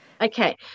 Okay